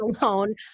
alone